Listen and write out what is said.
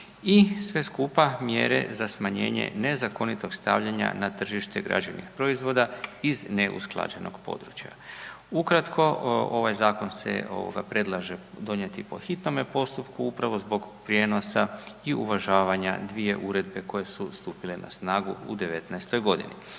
i sve skupa mjere za smanjenje nezakonitog stavljanja na tržište građevnih proizvoda iz neusklađenog područja. Ukratko, ovaj Zakon se, ovoga, predlaže donijeti po hitnome postupku upravo zbog prijenosa i uvažavanja dvije Uredbe koje su stupile na snagu u 2019.-oj godini.